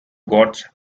gods